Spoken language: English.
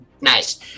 Nice